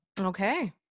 Okay